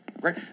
right